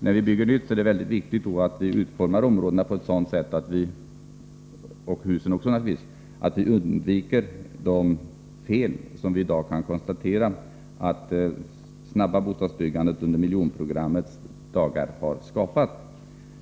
När man bygger nytt är det viktigt att utforma områdena och husen på ett sådant sätt att man undviker de fel som vi i dag kan konstatera att det snabba bostadsbyggandet under miljonprogrammets dagar har skapat.